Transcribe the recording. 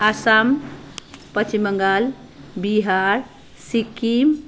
Assam Paschim Bangal Bihar Sikkim